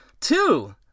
two